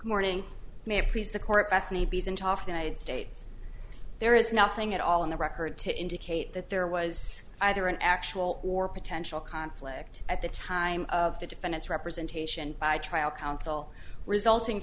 united states there is nothing at all in the record to indicate that there was either an actual or potential conflict at the time of the defendant's representation by trial counsel resulting